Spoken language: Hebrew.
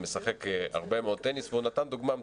משחק הרבה מאוד טניס והוא נתן דוגמא מצוינת.